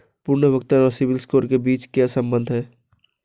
पुनर्भुगतान और सिबिल स्कोर के बीच क्या संबंध है?